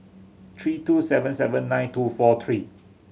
three two seven seven nine two four three